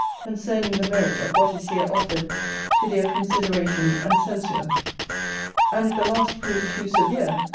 concerning the merit of what is here offered to their consideration and censure and if the last prove too severe,